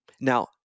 Now